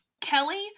Kelly